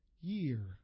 year